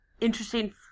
interesting